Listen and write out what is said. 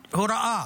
הוראה.